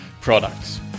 products